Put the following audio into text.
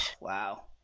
Wow